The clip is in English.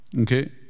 Okay